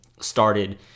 started